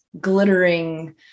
glittering